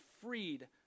freed